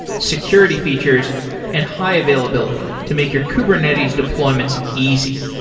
security features and high availability to make your kubernetes deployments easy.